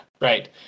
right